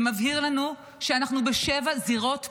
שמבהיר לנו שאנחנו בשבע זירות פעילות,